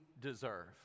deserve